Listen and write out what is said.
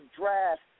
draft